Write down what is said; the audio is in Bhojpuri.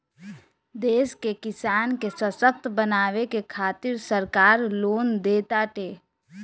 देश के किसान के ससक्त बनावे के खातिरा सरकार लोन देताटे